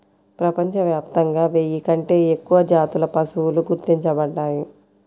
ప్రపంచవ్యాప్తంగా వెయ్యి కంటే ఎక్కువ జాతుల పశువులు గుర్తించబడ్డాయి